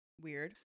Weird